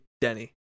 Denny